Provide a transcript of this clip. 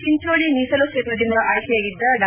ಚಿಂಚೋಳ ಮೀಸಲು ಕ್ಷೇತ್ರದಿಂದ ಆಯ್ಕೆಯಾಗಿದ್ದ ಡಾ